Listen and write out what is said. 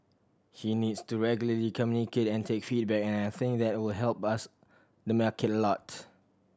he needs to regularly communicate and take feedback and I think that will help us the market a lot